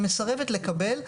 שמסרבת לקבל,